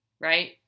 right